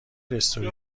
استوری